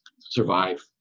survive